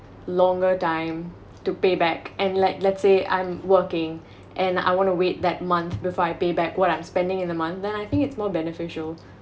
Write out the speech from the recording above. longer time to pay back and let let's say I'm working and I want to wait that month before I pay back what I'm spending in the month then I think it's more beneficial